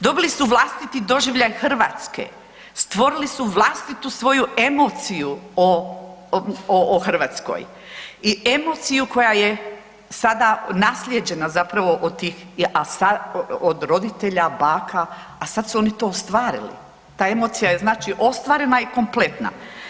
Dobili su vlastiti doživljaj Hrvatske, stvorili su vlastitu svoju emociju o Hrvatskoj i emociju koja je sada naslijeđena zapravo od tih roditelja, baka a sad su oni to ostvarili, ta emocija je znači ostvarena i kompletna.